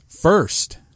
first